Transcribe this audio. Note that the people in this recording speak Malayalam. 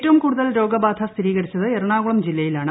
ഏറ്റവും കൂടുതൽ രോഗബാധ സ്ഥിരീകരിച്ചത് എറണാകുളം ജില്ലയിലാണ്